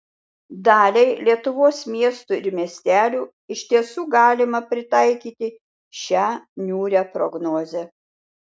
daliai lietuvos miestų ir miestelių iš tiesų galima pritaikyti šią niūrią prognozę